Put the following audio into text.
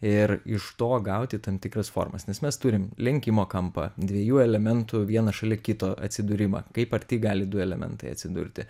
ir iš to gauti tam tikras formas nes mes turim lenkimo kampą dviejų elementų vienas šalia kito atsidūrimą kaip arti gali du elementai atsidurti